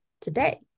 today